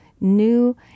new